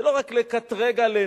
זה לא רק לקטרג עלינו,